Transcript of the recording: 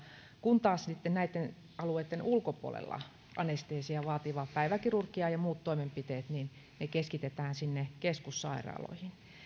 kun taas sitten näitten alueitten ulkopuolella anestesiaa vaativa päiväkirurgia ja muut toimenpiteet keskitetään sinne keskussairaaloihin